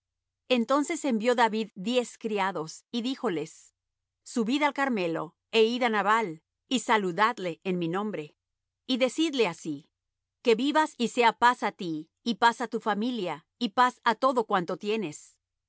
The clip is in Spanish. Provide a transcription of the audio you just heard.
entonces envió david diez criados y díjoles subid al carmelo é id á nabal y saludadle en mi nombre y decidle así que vivas y sea paz á ti y paz á tu familia y paz á todo cuanto tienes